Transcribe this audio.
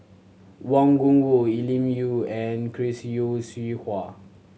Wang Gungwu Elim You and Chris Yeo Siew Hua